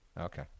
Okay